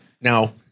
now